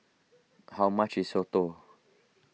how much is Soto